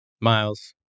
Miles